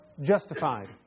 justified